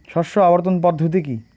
শস্য আবর্তন পদ্ধতি কি?